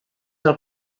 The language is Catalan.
del